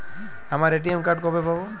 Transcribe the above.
আমার ATM card কবে পাব?